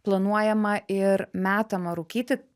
planuojama ir metama rūkyti